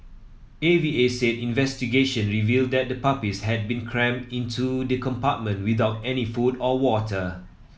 A V A said investigation revealed that the puppies had been crammed into the compartment without any food or water